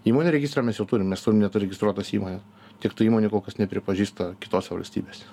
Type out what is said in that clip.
įmonių registre mes jau turim mes turim net registruotas įmones tiktai įmonių kol kas nepripažįsta kitose valstybėse